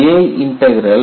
J integral